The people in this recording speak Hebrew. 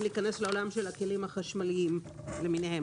להיכנס לעולם של הכלים החשמליים למיניהם.